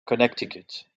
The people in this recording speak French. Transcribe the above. connecticut